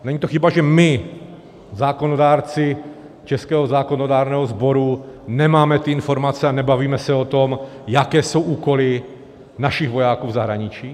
Není to chyba, že my zákonodárci českého zákonodárného sboru nemáme ty informace a nebavíme se o tom, jaké jsou úkoly našich vojáků v zahraničí?